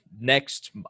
Next